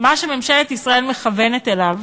מה שממשלת ישראל מכוונת אליו